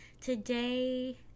Today